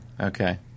okay